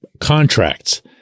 contracts